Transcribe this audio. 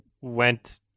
went